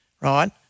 right